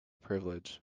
privilege